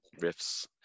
riffs